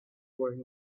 were